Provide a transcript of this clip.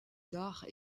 d’art